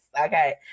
okay